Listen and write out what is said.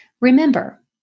remember